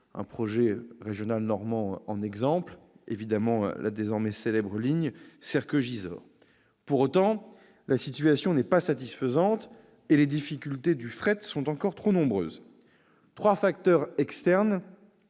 d'un projet régional normand, la désormais célèbre ligne Serqueux-Gisors. Pour autant, la situation n'est pas satisfaisante, et les difficultés du fret sont encore trop nombreuses. Trois facteurs externes